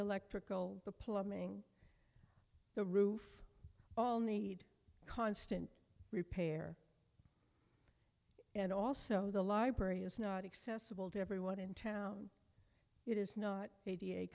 electrical the plumbing the roof all need constant repair and also the library is not accessible to everyone in town it is not a